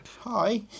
Hi